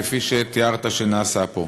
כפי שתיארת שנעשה פה.